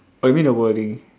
oh you mean the wording